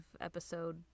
episode